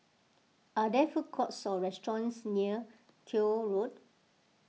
are there food courts or restaurants near Koek Road